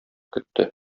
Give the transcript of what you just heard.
көтте